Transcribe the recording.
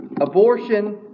Abortion